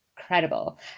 incredible